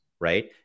right